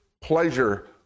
pleasure